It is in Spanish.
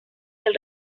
del